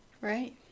Right